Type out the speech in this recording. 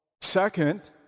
Second